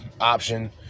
option